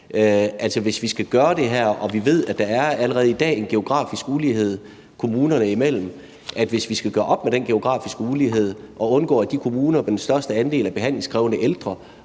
Vi ved allerede i dag, at der er en geografisk ulighed kommunerne imellem, og hvis vi skal gøre op med den geografiske ulighed og undgå, at de kommuner med den største andel af behandlingskrævende ældre